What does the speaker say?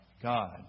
God